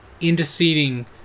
interceding